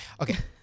okay